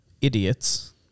idiots